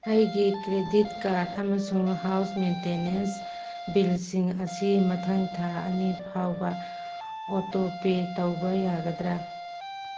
ꯑꯩꯒꯤ credit card ꯑꯃꯁꯨꯡ house maintenance ꯕꯤꯜꯁꯤꯡ ꯑꯁꯤ ꯃꯊꯪ ꯊꯥ ꯑꯅꯤ ꯐꯥꯎꯕ ꯑꯣꯇꯣꯄꯦ ꯇꯧꯕ ꯌꯥꯒꯗ꯭ꯔꯥ